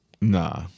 Nah